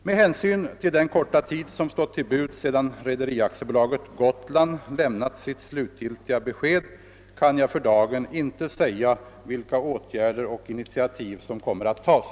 Med hänsyn till den korta tid som stått till buds sedan Rederi AB Gotland lämnat sitt slutgiltiga besked kan jag för dagen inte säga vilka åtgärder som kommer att genomföras och vilka initiativ som kommer att tas.